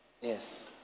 Yes